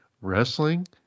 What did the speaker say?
Wrestling